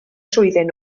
trwyddyn